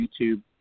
YouTube